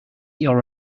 your